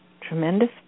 tremendous